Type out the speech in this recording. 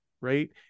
right